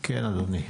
כן, אדוני.